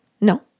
no